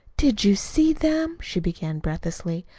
did you see them? she began breathlessly.